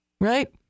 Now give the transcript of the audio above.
right